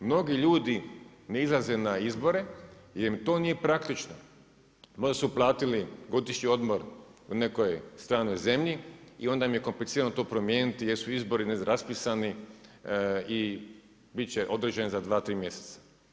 Mnogi ljudi ne izlaze na izbore jer im to nije praktično, možda su uplatili godišnji odmor u nekoj stranoj zemlji i onda im je komplicirano to promijeniti jer su izbori raspisani i biti će određeni za 2, 3 mjeseca.